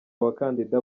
abakandida